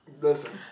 Listen